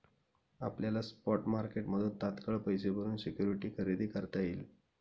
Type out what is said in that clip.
आपल्याला स्पॉट मार्केटमधून तात्काळ पैसे भरून सिक्युरिटी खरेदी करता येईल